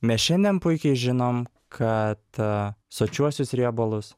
mes šiandien puikiai žinom kad sočiuosius riebalus